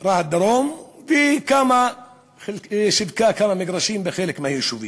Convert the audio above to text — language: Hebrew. דרום וכמה מגרשים בחלק מהיישובים.